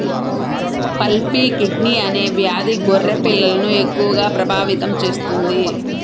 pulpy kidney అనే వ్యాధి గొర్రె పిల్లలను ఎక్కువగా ప్రభావితం చేస్తుంది